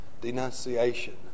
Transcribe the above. denunciation